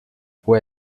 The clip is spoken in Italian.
può